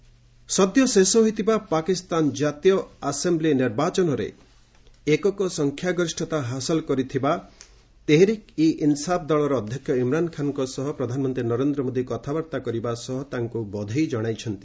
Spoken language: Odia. ପିଏମ୍ ଇମ୍ରାନ୍ ସଦ୍ୟ ଶେଷ ହୋଇଥିବା ପାକିସ୍ତାନ ଜାତୀୟ ଆସେମ୍ବଲି ନିର୍ବାଚନରେ ଏକକ ସଂଖ୍ୟାଗରିଷ୍ଠତା ହାସଲ କରିଥିବା ତେହେରିକ୍ ଇ ଇନ୍ସାଫ୍ ଦଳର ଅଧ୍ୟକ୍ଷ ଇମରାନ୍ ଖାଁଙ୍କ ସହ ପ୍ରଧାନମନ୍ତ୍ରୀ ନରେନ୍ଦ୍ର ମୋଦି କଥାବାର୍ତ୍ତା କରିବା ସହ ତାଙ୍କୁ ବଧେଇ ଜଣାଇଛନ୍ତି